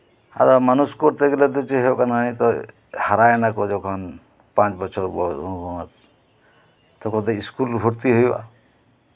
ᱟᱫᱚ ᱢᱟᱱᱩᱥ ᱠᱚᱨᱛᱮ ᱜᱮᱞᱮ ᱫᱚ ᱪᱮᱫ ᱦᱩᱭᱩᱜ ᱠᱟᱱᱟ ᱱᱤᱛᱚᱜ ᱦᱟᱨᱟᱭᱮᱱᱟ ᱠᱚ ᱡᱚᱠᱷᱚᱱ ᱯᱟᱸᱪ ᱵᱚᱪᱷᱚᱨ ᱵᱚᱭᱚᱥ ᱛᱚᱠᱷᱚᱱ ᱫᱚ ᱥᱠᱩᱞ ᱨᱮ ᱵᱷᱚᱨᱛᱤ ᱦᱩᱭᱩᱜᱼᱟ